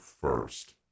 first